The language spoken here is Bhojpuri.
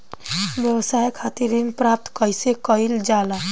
व्यवसाय खातिर ऋण प्राप्त कइसे कइल जाला?